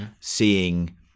Seeing